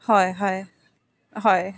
হয় হয় হয়